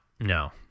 no